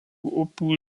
upių